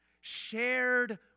shared